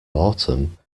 autumn